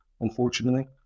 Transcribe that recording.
unfortunately